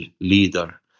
leader